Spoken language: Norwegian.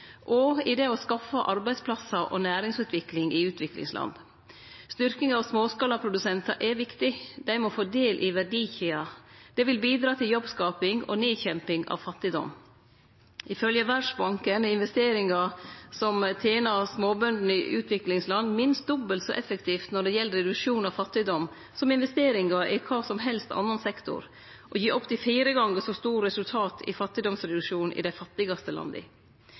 og i det å skaffe arbeidsplassar og næringsutvikling i utviklingsland. Styrking av småskalaprodusentar er viktig, dei må få del i verdikjeda. Det vil bidra til jobbskaping og nedkjemping av fattigdom, ifølgje Verdsbanken investeringar som for småbøndene i utviklingsland er minst dobbelt så effektive når det gjeld reduksjon av fattigdom, som investeringar i kva som helst annan sektor, og som gir opp til fire gonger så stor reduksjon av fattigdom i dei fattigaste landa.